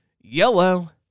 Yellow